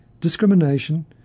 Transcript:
discrimination